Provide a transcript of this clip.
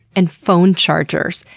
and phone chargers,